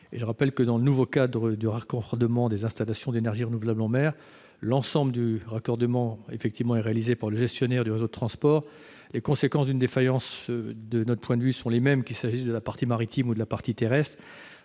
Je rappelle que, dans le nouveau cadre du raccordement des installations d'énergie renouvelable en mer, l'ensemble de ce raccordement est réalisé par le gestionnaire du réseau de transport. Les conséquences d'une défaillance sont les mêmes qu'il s'agisse de la partie marine ou de la partie terrestre.